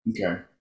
Okay